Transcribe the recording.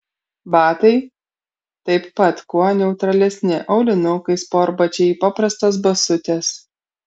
batai taip pat kuo neutralesni aulinukai sportbačiai paprastos basutės